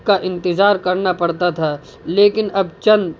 کا انتظار کرنا پڑتا تھا لیکن اب چند